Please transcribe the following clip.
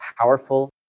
powerful